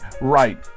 right